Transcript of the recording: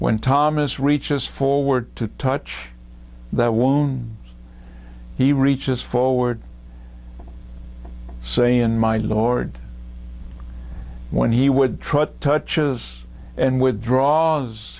when thomas reaches forward to touch the wound he reaches forward saying my lord when he would try to touches and withdraws